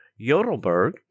Yodelberg